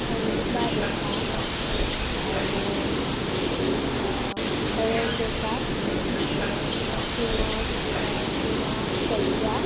সংগীতা ডেকা আৰু হৰেণ ডেকা আৰু সীমা সীমা শইকীয়া